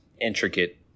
intricate